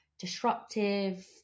disruptive